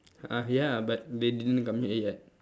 uh ya but they didn't come here yet